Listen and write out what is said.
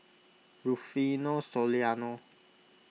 Rufino Soliano